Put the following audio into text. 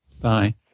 Bye